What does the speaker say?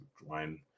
Line